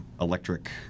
electric